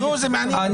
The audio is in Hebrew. נו, זה מעניין.